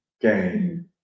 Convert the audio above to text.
game